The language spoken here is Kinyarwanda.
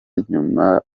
inyuma